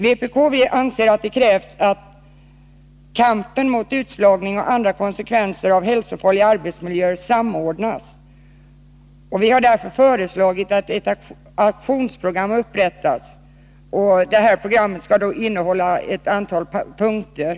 Vpk anser att det krävs att kampen mot utslagning och mot andra konsekvenser av hälsofarliga arbetsmiljöer samordnas, och vi har därför föreslagit att ett aktionsprogram upprättas. Detta program skall innehålla ett antal punkter.